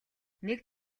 нэг